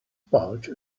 pouch